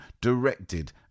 directed